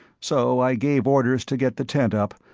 so i gave orders to get the tent up,